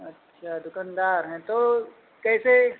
अच्छा दुकानदार है तो कैसे